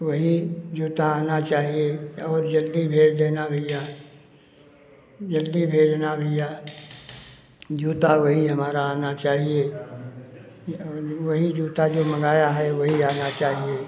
वही जूता आना चाहिए और जल्दी भेज देना भइया जल्दी भेजना भइया जूता वही हमारा आना चाहिए या और जो वही जूता जो मँगाया है वही आना चाहिए